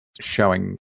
showing